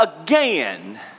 again